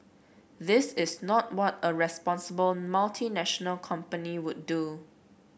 this is not what a responsible multinational company would do